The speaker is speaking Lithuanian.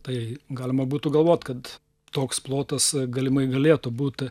tai galima būtų galvot kad toks plotas galimai galėtų būt